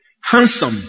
handsome